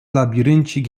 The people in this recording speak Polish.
labiryncik